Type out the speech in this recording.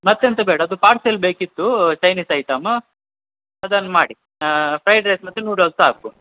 ಮತ್ತೆಂತ ಬೇಡ ಅದು ಪಾರ್ಸೆಲ್ ಬೇಕಿತ್ತೂ ಚೈನೀಸ್ ಐಟಮ ಅದನ್ನು ಮಾಡಿ ಫ್ರೈಡ್ ರೈಸ್ ಮತ್ತು ನೂಡಲ್ಸ್ ಸಾಕು